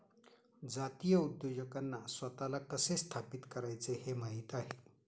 जातीय उद्योजकांना स्वतःला कसे स्थापित करायचे हे माहित आहे